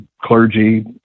clergy